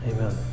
Amen